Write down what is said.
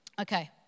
Okay